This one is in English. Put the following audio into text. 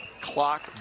clock